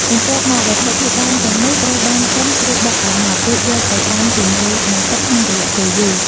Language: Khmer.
បន្ទាប់មក វត្ថុធាតុដើមទាំងនោះត្រូវបានកិនឬបុកឱ្យម៉ត់រួចយកទៅដាំជាមួយនឹងទឹកក្នុងរយៈពេលយូរ។